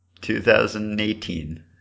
2018